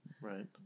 Right